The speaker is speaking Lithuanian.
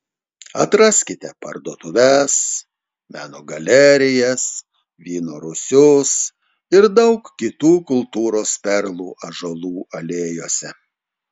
atraskite parduotuves meno galerijas vyno rūsius ir daug kitų kultūros perlų ąžuolų alėjose